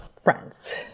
Friends